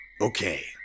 Okay